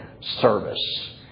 service